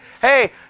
Hey